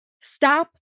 Stop